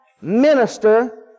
minister